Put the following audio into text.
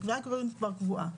הקביעה העקרונית כבר קבועה.